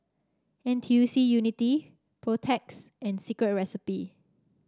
N T U C Unity Protex and Secret Recipe